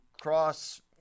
cross